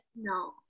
No